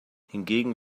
hingegen